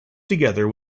together